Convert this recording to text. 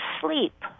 sleep